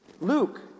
Luke